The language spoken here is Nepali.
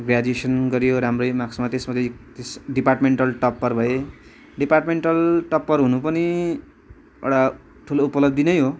ग्रेजुएसन गर्यो राम्रै मार्क्समा त्यस पछि डिपार्टमेन्टेल टपर भएँ डिपार्टमेन्टल टपर हुनु पनि एउटा ठुलो उपलब्धि नै हो